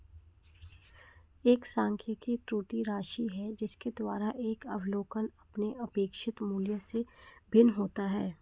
एक सांख्यिकी त्रुटि राशि है जिसके द्वारा एक अवलोकन अपने अपेक्षित मूल्य से भिन्न होता है